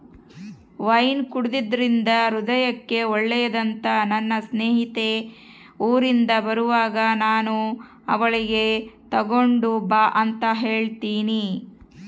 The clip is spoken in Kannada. ವೈನ್ ಕುಡೆದ್ರಿಂದ ಹೃದಯಕ್ಕೆ ಒಳ್ಳೆದಂತ ನನ್ನ ಸ್ನೇಹಿತೆ ಊರಿಂದ ಬರುವಾಗ ನಾನು ಅವಳಿಗೆ ತಗೊಂಡು ಬಾ ಅಂತ ಹೇಳಿನಿ